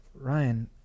Ryan